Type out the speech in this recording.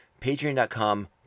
patreon.com